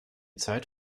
zeit